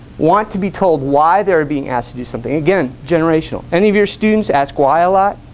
want to be told why they're being asked to do something again generational any of your students asked why elat